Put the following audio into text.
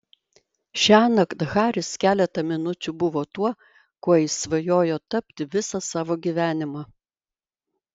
šiąnakt haris keletą minučių buvo tuo kuo jis svajojo tapti visą savo gyvenimą